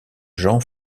jean